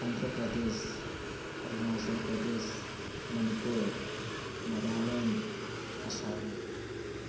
Andhra Pradesh Arunachal Pradesh Manipur Nagaland Assam